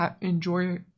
enjoy